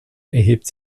erhebt